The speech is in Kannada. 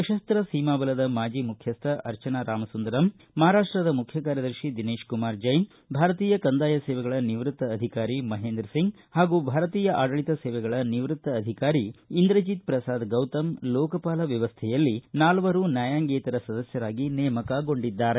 ಸಶಸ್ತ ಸೀಮಾಬಲದ ಮಾಜಿ ಮುಖ್ಯಸ್ಥರಾದ ಅರ್ಚನಾ ರಾಮಸುಂದರಂ ಮಹಾರಾಷ್ಷದ ಮುಖ್ಯಕಾರ್ಯದರ್ಶಿ ದಿನೇಶ್ಕುಮಾರ್ ಜೈನ್ ಭಾರತೀಯ ಕಂದಾಯ ಸೇವೆಗಳ ನಿವೃತ್ತ ಅಧಿಕಾರಿ ಮಹೇಂದ್ರ ಸಿಂಗ್ ಪಾಗೂ ಭಾರತೀಯ ಆಡಳಿತ ಸೇವೆಗಳ ನಿವ್ಯಕ್ತ ಅಧಿಕಾರಿ ಇಂದ್ರಜೀತ್ ಪ್ರಸಾದ್ ಗೌತಮ್ ಲೋಕಪಾಲ ವ್ಯವಸ್ಥೆಯಲ್ಲಿ ನಾಲ್ವರು ನ್ಯಾಯಾಂಗೇತರ ಸದಸ್ಟರಾಗಿ ನೇಮಕ ಗೊಂಡಿದ್ದಾರೆ